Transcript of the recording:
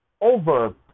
over